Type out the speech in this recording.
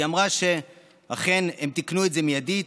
היא אמרה שאכן הם תיקנו את זה מיידית.